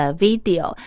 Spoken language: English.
video